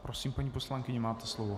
Prosím, paní poslankyně, máte slovo.